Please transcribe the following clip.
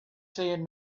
seeing